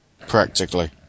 practically